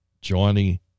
Johnny